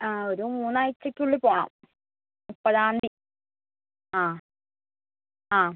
ആ ഒരു മൂന്ന് ആഴ്ചയ്ക്കുള്ളിൽ പോവണം മുപ്പതാം തീയതി ആ ആ